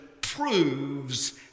proves